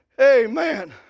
Amen